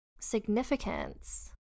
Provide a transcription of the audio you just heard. Significance